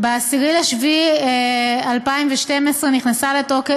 גלאון וסתיו שפיר, לפרוטוקול.